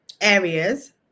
areas